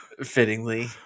Fittingly